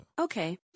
Okay